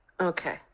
Okay